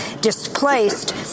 displaced